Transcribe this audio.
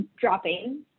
dropping